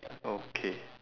okay